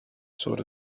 sort